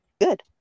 good